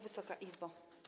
Wysoka Izbo!